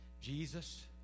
Jesus